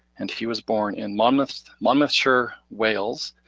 and he was born in monmouthshire monmouthshire wales,